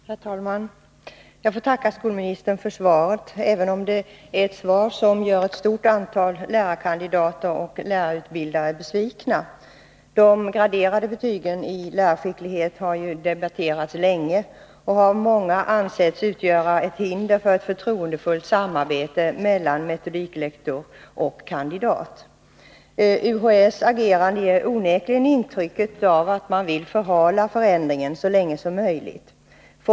Herr talman! Jag får tacka skolministern för svaret, även om det är ett svar som gör ett stort antal lärarkandidater och lärarutbildare besvikna. De graderade betygen i lärarskicklighet har ju debatterats länge och har av många ansetts utgöra ett hinder för ett förtroendefullt samarbete mellan metodiklektor och kandidat. UHÄ:s agerande ger onekligen intryck av att man vill förhala förändringen så länge som möjligt.